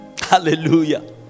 hallelujah